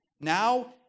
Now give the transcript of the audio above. Now